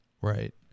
Right